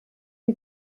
die